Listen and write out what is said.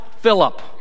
Philip